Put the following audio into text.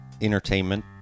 entertainment